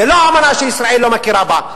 זו לא אמנה שישראל לא מכירה בה.